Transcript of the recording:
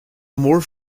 more